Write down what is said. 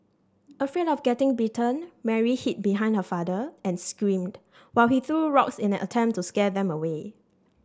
afraid of getting bitten Mary hid behind her father and screamed while he threw rocks in an attempt to scare them away